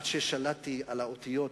עד ששלטתי באותיות,